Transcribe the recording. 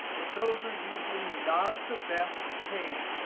but those are usually not the best case.